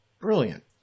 brilliant